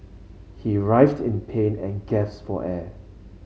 he writhed in pain and gasped for air